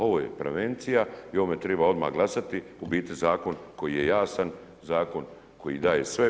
Ovo je prevencija i ovome triba odmah glasati, u biti zakon koji je jasan, zakon koji daje sve.